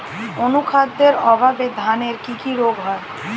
অনুখাদ্যের অভাবে ধানের কি কি রোগ হয়?